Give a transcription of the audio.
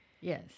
Yes